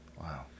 Wow